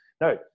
no